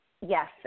Yes